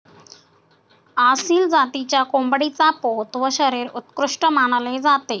आसिल जातीच्या कोंबडीचा पोत व शरीर उत्कृष्ट मानले जाते